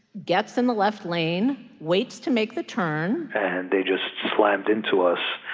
gets in the left lane, waits to make the turn and they just slammed into us.